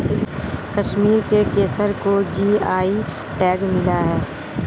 कश्मीर के केसर को जी.आई टैग मिला है